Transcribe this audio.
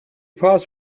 paused